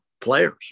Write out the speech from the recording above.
players